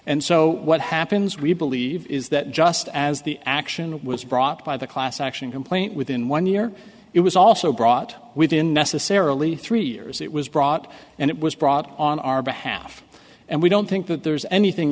and so what happens we believe is that just as the action was brought by the class action complaint within one year it was also brought within necessarily three years it was brought and it was brought on our behalf and we don't think that there's anything